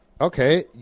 Okay